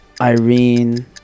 irene